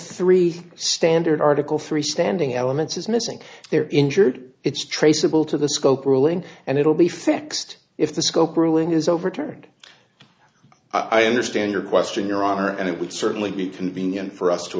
three standard article three standing elements is missing they're injured it's traceable to the scope ruling and it will be fixed if the scope ruling is overturned i understand your question your honor and it would certainly be convenient for us to